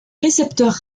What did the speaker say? récepteurs